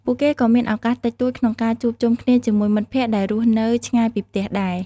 ពួកគេក៏មានឪកាសតិចតួចក្នុងការជួបជុំគ្នាជាមួយមិត្តភក្តិដែលរស់នៅឆ្ងាយពីផ្ទះដែរ។